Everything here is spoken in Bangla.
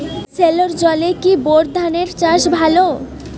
সেলোর জলে কি বোর ধানের চাষ ভালো?